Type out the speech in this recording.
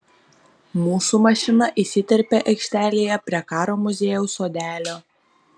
mūsų mašina įsiterpia aikštelėje prie karo muziejaus sodelio